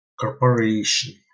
corporation